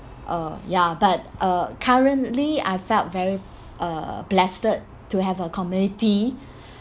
uh ya but uh currently I felt very uh blessed to have a community